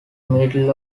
middle